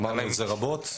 אמרנו את זה רבות.